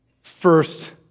first